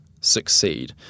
succeed